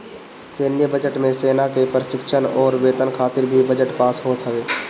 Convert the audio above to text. सैन्य बजट मे सेना के प्रशिक्षण अउरी वेतन खातिर भी बजट पास होत हवे